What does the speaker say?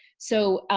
so,